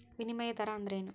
ವಿನಿಮಯ ದರ ಅಂದ್ರೇನು?